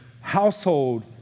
household